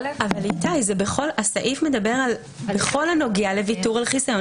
זה אומר שזה כולל הכול.